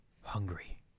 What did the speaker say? hungry